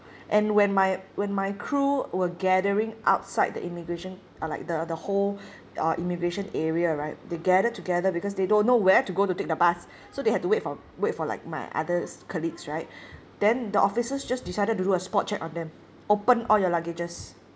and when my when my crew were gathering outside the immigration uh like the the whole uh immigration area right they gathered together because they don't know where to go to take the bus so they had to wait for wait for like my others colleagues right then the officers just decided to do a spot check on them open all your luggages